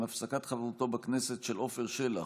עם הפסקת חברותו בכנסת של עפר שלח,